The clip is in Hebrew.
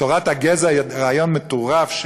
תורת הגזע היא רעיון מטורף,